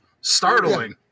startling